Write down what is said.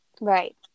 Right